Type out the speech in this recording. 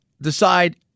decide